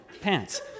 pants